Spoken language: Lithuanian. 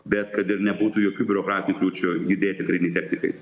bet kad ir nebūtų jokių biurokratinių kliūčių judėti karinei technikai